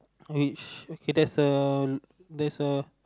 which okay there's a there's a